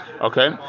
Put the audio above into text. Okay